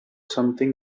something